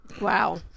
Wow